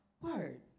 word